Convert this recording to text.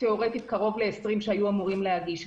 תיאורטית קרוב ל-20 שהיו אמורים להגיש.